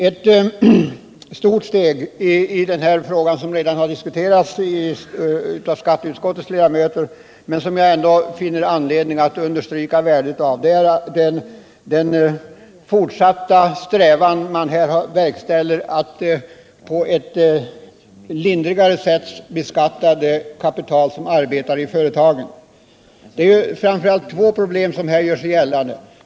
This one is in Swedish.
Ett stort steg i den här frågan, som redan diskuterats av skatteutskottets ledamöter men som jag ändå finner anledning att understryka värdet av, är den fortsatta strävan man här visar att lindra beskattningen av det kapital som arbetar i företagen. Det är framför allt två problem som här gör sig gällande.